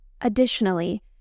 Additionally